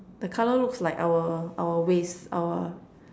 the colour looks like our our waste our